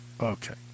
Okay